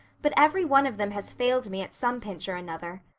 but every one of them has failed me at some pinch or another.